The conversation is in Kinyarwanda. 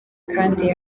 kandi